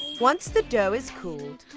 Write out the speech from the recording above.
once the dough is cooled,